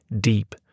deep